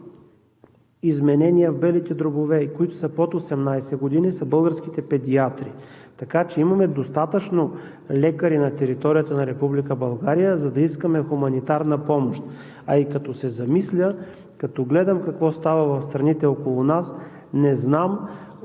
изменения в белите дробове и които са под 18 години, са българските педиатри. Така че имаме достатъчно лекари на територията на Република България, за да искаме хуманитарна помощ. А и като се замисля, като гледам какво става в страните около нас, не знам